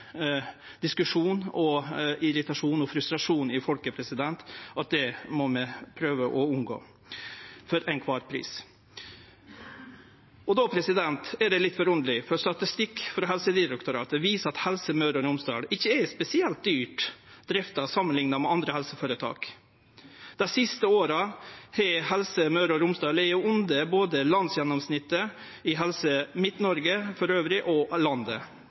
diskusjon, irritasjon og frustrasjon i folket at det må vi prøve å unngå, same kva. Det er litt forunderleg, for statistikk frå Helsedirektoratet viser at Helse Møre og Romsdal ikkje er spesielt dyrt å drifte samanlikna med andre helseføretak. Dei siste åra har Helse Møre og Romsdal lege under gjennomsnittet i både Helse Midt-Norge og landet,